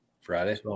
Friday